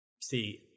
see